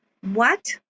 What